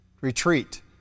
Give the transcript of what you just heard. retreat